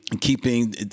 keeping